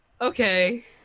okay